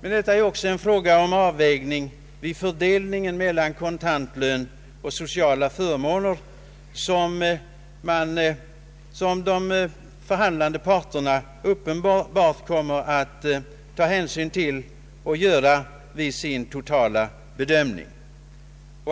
Den detta är också fråga om en avvägning vid fördelningen av kontantlön och sociala förmåner, som de förhandlande parterna får ta hänsyn till vid sin totala bedömning.